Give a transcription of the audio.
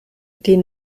die